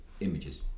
images